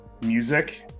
music